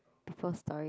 people's story